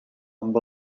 amb